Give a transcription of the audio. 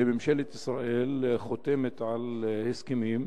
שממשלת ישראל חותמת על הסכמים,